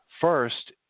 first